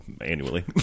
annually